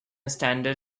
standard